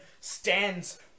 stands